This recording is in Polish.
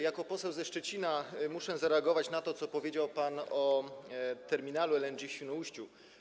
Jako poseł ze Szczecina muszę zareagować na to, co powiedział pan o terminalu LNG w Świnoujściu.